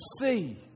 see